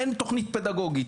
אין תוכנית פדגוגית,